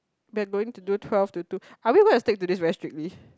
they are going to do twelve to two are we going to stick to this very strictly